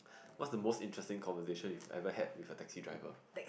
what's the most interesting conversation you ever had with a taxi driver